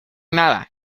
nada